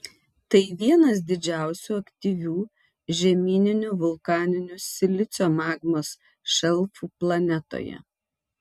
tai vienas didžiausių aktyvių žemyninių vulkaninių silicio magmos šelfų planetoje